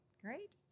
Great